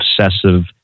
obsessive